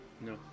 No